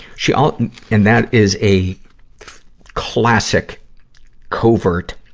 she al and that is a classic covert,